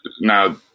Now